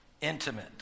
intimate